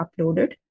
uploaded